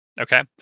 Okay